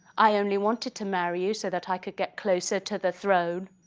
i only wanted to marry you so that i could get closer to the throne.